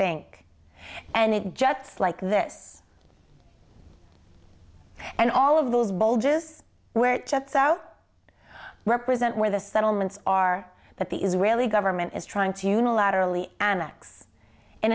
bank and it jets like this and all of those bulges where it juts out represent where the settlements are that the israeli government is trying to unilaterally annex in